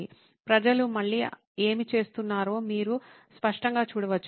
ప్రజలు మళ్లీ ఏమి చేస్తున్నారో మీరు స్పష్టంగా చూడవచ్చు